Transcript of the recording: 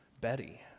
Betty